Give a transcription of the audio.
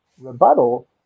rebuttal